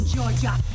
Georgia